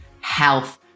health